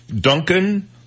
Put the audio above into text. Duncan